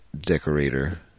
decorator